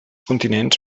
continents